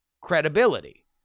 credibility